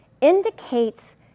indicates